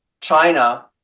China